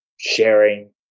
Sharing